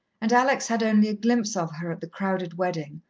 and alex had only a glimpse of her at the crowded wedding,